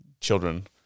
children